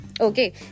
Okay